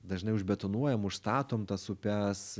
dažnai užbetonuojam užstatom tas upes